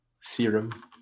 Serum